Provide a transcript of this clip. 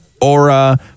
Aura